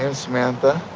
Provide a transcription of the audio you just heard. and samantha.